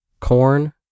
corn